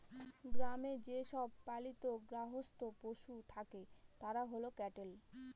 গ্রামে যে সব পালিত গার্হস্থ্য পশু থাকে তারা হল ক্যাটেল